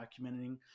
documenting